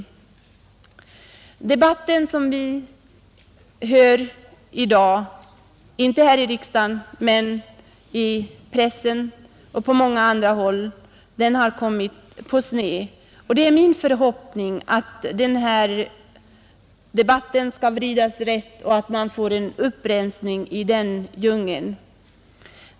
Den debatt som förs i dag, inte här i riksdagen men i pressen och på många andra håll, har kommit på sned, och det är min förhoppning att debatten skall vridas rätt och att man får en upprensning i den djungeln.